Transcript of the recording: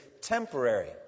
temporary